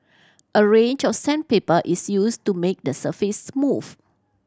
a range of sandpaper is used to make the surface smooth